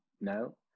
no